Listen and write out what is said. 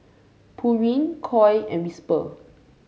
Pureen Koi and Whisper